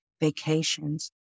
vacations